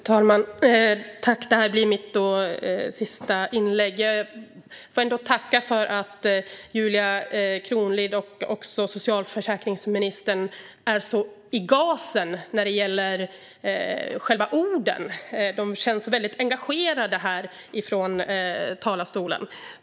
Herr talman! Detta blir mitt sista inlägg i debatten. Jag tackar för att Julia Kronlid och socialförsäkringsministern är så i gasen när det gäller själva orden. De känns väldigt engagerade här från talarstolen.